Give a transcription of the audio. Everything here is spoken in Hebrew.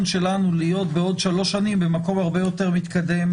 שלנו להיות בעוד שלוש שנים במקום הרבה יותר מתקדם